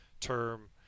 term